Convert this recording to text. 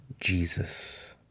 Jesus